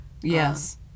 yes